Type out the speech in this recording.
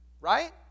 right